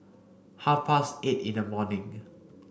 half past eight in the morning